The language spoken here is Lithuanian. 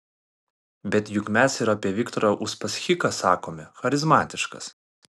bet juk mes ir apie viktorą uspaskichą sakome charizmatiškas